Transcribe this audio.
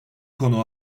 konu